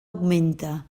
augmenta